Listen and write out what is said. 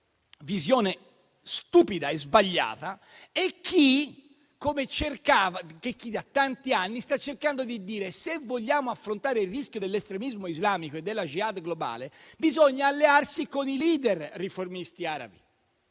(visione stupida e sbagliata) e chi da tanti anni sta cercando di dire che, se vogliamo affrontare il rischio dell'estremismo islamico e della *jihad* globale, bisogna allearsi con i *leader* riformisti arabi.